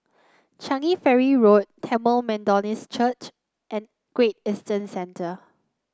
Changi Ferry Road Tamil Methodist Church and Great Eastern Centre